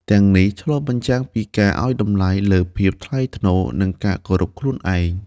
ទាំងនេះឆ្លុះបញ្ចាំងពីការឲ្យតម្លៃលើភាពថ្លៃថ្នូរ និងការគោរពខ្លួនឯង។